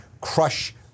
crush